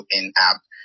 in-app